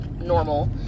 normal